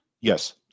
Yes